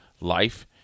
life